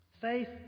faith